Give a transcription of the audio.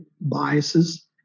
biases